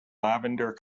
lavender